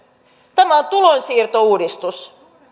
tämä on tulonsiirtouudistus